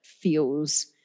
feels